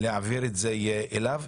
להעביר את זה אליו.